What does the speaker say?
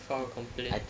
file a complaint